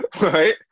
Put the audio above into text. right